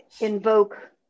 invoke